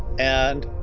and